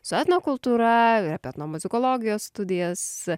su etnokultūra ir apie etnomuzikologijos studijas